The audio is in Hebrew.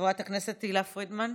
חברת הכנסת תהלה פרידמן,